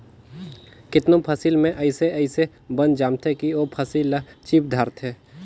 केतनो फसिल में अइसे अइसे बन जामथें कि ओ फसिल ल चीप धारथे